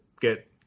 get